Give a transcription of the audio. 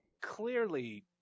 clearly